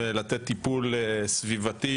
לתת טיפול סביבתי,